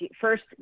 first